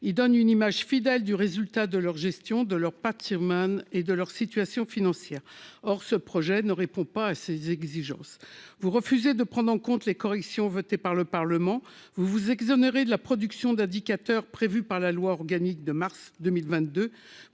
Ils donnent une image fidèle du résultat de leur gestion, de leur patrimoine et de leur situation financière ». Ce projet de loi ne répond pas à ces exigences. Le Gouvernement refuse de prendre en compte les corrections votées par le Parlement. Il s’exonère de la production des indicateurs prévus par la loi organique de mars 2022.